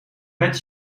pet